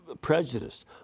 prejudice